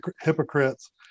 hypocrites